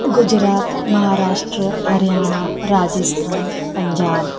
Gujarat Maharashtra Haryana Rajasthan Punjab